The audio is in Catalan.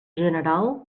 general